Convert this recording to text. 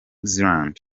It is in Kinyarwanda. zealand